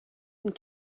and